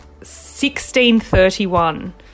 1631